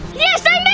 yes i made